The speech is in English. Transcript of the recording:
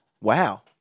Wow